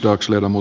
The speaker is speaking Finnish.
herr talman